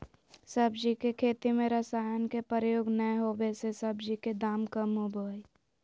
सब्जी के खेती में रसायन के प्रयोग नै होबै से सब्जी के दाम कम होबो हइ